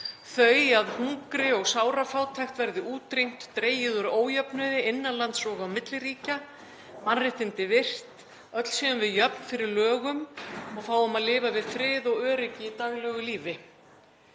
þau að hungri og sárafátækt verði útrýmt, dregið úr ójöfnuði innan lands og á milli ríkja, mannréttindi virt, öll séum við jöfn fyrir lögum og fáum að lifa við frið og öryggi í daglegu lífi.